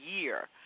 year